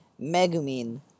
Megumin